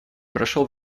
прошел